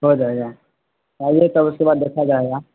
ہو جائے گا آئیے تب اس کے بعد دیکھا جائے گا